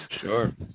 Sure